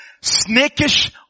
snakish